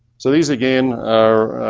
so these again are